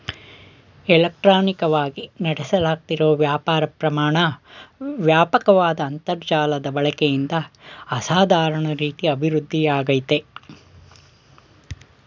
ಇಲೆಕ್ಟ್ರಾನಿಕವಾಗಿ ನಡೆಸ್ಲಾಗ್ತಿರೋ ವ್ಯಾಪಾರ ಪ್ರಮಾಣ ವ್ಯಾಪಕ್ವಾದ ಅಂತರ್ಜಾಲದ ಬಳಕೆಯಿಂದ ಅಸಾಧಾರಣ ರೀತಿ ಅಭಿವೃದ್ಧಿಯಾಗಯ್ತೆ